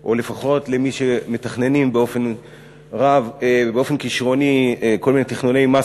או לפחות למי שמתכננים באופן כישרוני כל מיני תכנוני מס